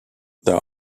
there